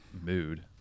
mood